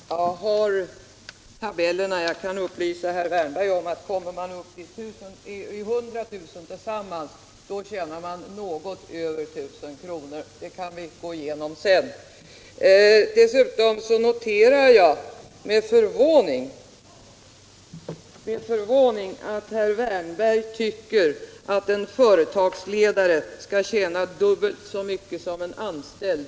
Herr talman! Jag har tabellerna här och kan upplysa herr Wärnberg om att kommer man upp till en inkomst av 100 000 kr. tillsammans tjänar man något över 1000 kr. Men det kan vi gå igenom sedan. Därutöver noterar jag med förvåning att herr Wärnberg tycker att en företagsledare skall tjäna dubbelt så mycket som en anställd.